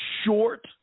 short